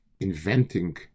inventing